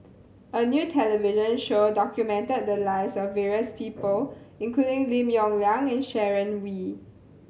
a new television show documented the lives of various people including Lim Yong Liang and Sharon Wee